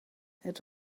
het